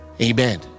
Amen